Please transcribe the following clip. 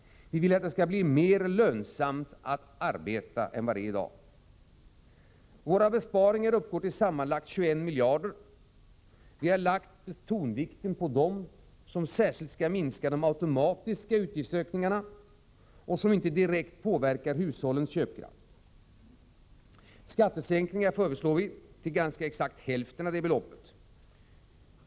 Vi vill att det skall bli mer lönsamt att arbeta än det är i dag. Våra besparingar uppgår till sammanlagt 21 miljarder. Tonvikten har lagts på sådana besparingar som minskar de automatiska utgiftsökningarna och som inte direkt påverkar hushållens köpkraft. Vi föreslår skattesänkningar på ganska exakt hälften av det beloppet.